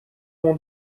اون